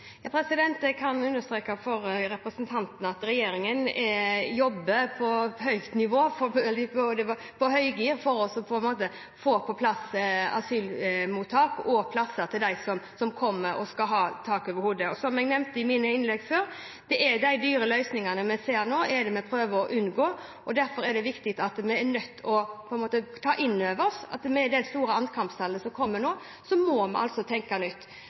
Jeg kan understreke for representanten at regjeringen jobber på høygir for å få på plass asylmottak og plasser til dem som kommer og skal ha tak over hodet. Som jeg nevnte i mine innlegg før, er det de dyre løsningene vi ser nå, vi prøver å unngå. Derfor er det viktig at vi er nødt til å ta inn over oss at med det store ankomsttallet nå må vi altså tenke nytt.